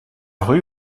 rue